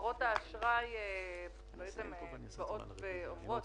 שחברות האשראי אומרות לממונה